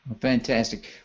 Fantastic